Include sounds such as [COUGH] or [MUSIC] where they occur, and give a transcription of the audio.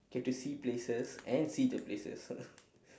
get to see places and see the places [LAUGHS]